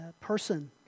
person